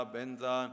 Benza